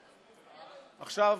עכשיו,